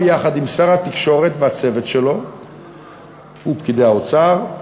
ביחד עם שר התקשורת ופקידי האוצר,